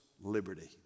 Liberty